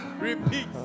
repeat